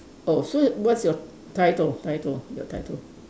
oh so what's your title title your title